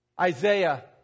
Isaiah